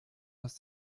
aus